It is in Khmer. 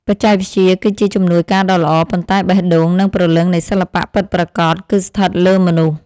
បច្ចេកវិទ្យាគឺជាជំនួយការដ៏ល្អ ប៉ុន្តែ បេះដូង និង ព្រលឹងនៃសិល្បៈពិតប្រាកដគឺស្ថិតលើមនុស្ស។